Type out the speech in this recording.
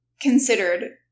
considered